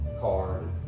card